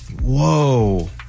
Whoa